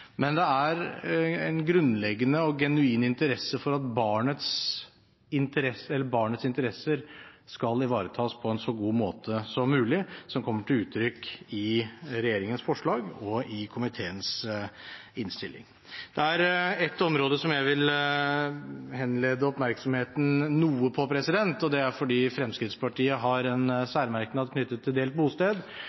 men det er en grunnleggende og genuin interesse for at barnets interesser skal ivaretas på en så god måte som mulig, som kommer til uttrykk i regjeringens forslag og i komiteens innstilling. Det er ett område som jeg vil henlede oppmerksomheten på, for Fremskrittspartiet har en særmerknad knyttet til delt bosted,